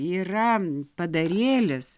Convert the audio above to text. yra padarėlis